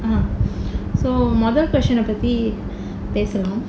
uh